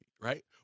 right